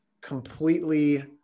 completely